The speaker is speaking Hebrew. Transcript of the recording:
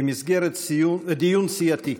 במסגרת דיון סיעתי.